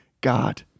God